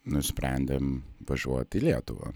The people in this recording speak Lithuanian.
nusprendėm važiuoti į lietuvą